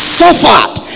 suffered